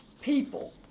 people